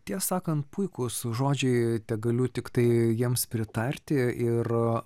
ties sakant puikūs žodžiai tegaliu tiktai jiems pritarti ir